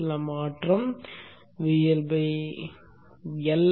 சில மாற்றம் VLL ஆனது - Vo L